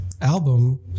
album